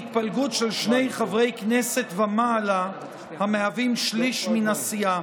התפלגות של שני חברי כנסת ומעלה המהווים שליש מהסיעה.